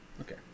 Okay